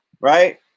Right